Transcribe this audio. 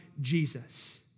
Jesus